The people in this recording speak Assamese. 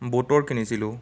ব'টৰ কিনিছিলোঁ